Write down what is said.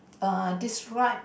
uh describe